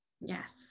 yes